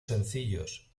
sencillos